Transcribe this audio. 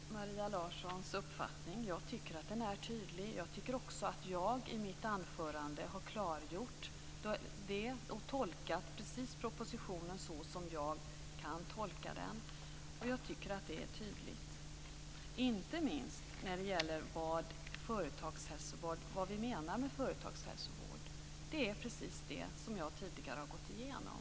Herr talman! Jag delar inte Maria Larssons uppfattning. Jag tycker att detta är tydligt. Jag tycker också att jag i mitt anförande har klargjort det och tolkat propositionen precis så som jag kan tolka den. Jag tycker att det är tydligt, inte minst när det gäller vad vi menar med företagshälsovård. Det är precis det som jag tidigare har gått igenom.